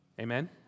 Amen